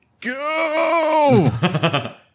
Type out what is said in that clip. go